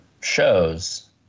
shows